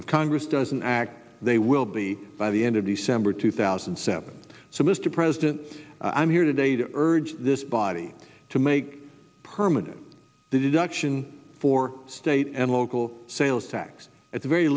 if congress doesn't act they will be by the end of december two thousand and seven so mr president i'm here today to urge this body to make permanent the deduction for state and local sales tax at the very